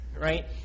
right